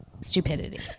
stupidity